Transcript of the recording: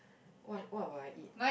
what what will I eat